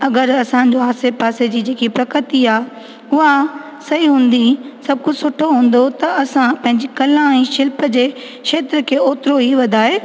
अगरि असां जो आसे पासे जी जेकी प्रकृती आहे उहा सही हूंदी सभु कुझु सुठो हूंदो त असां पंहिंजे कला ऐं शिल्प जे क्षेत्र खे ओतिरो ई वधाए